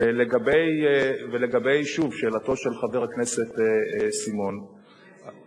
לגבי שאלתו של חבר הכנסת בן-סימון,